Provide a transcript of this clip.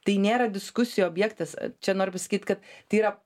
tai nėra diskusijų objektas čia noriu pasakyt kad tai yra